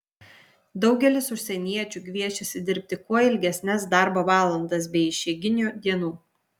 daugelis užsieniečių gviešiasi dirbti kuo ilgesnes darbo valandas be išeiginių dienų